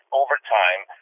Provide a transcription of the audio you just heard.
overtime